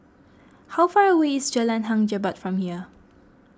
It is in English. how far away is Jalan Hang Jebat from here